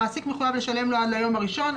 המעסיק מחויב לשלם לו על היום הראשון.